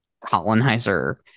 colonizer